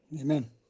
Amen